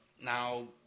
Now